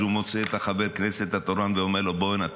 אז הוא מוצא את חבר הכנסת התורן ואומר לו: בוא הנה,